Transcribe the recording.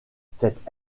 cette